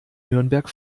nürnberg